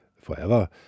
forever